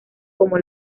como